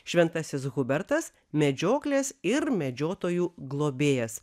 šventasis hubertas medžioklės ir medžiotojų globėjas